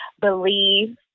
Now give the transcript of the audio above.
believe